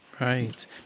Right